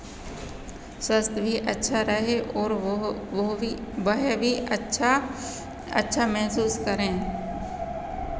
स्वास्थ्य भी अच्छा रहे और वो वो भी वह भी अच्छा अच्छा महसूस करें